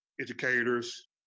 educators